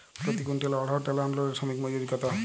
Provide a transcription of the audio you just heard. প্রতি কুইন্টল অড়হর ডাল আনলোডে শ্রমিক মজুরি কত?